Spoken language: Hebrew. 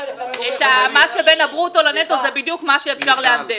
את מה שבין הברוטו לנטו זה בדיוק מה שאפשר להנדס.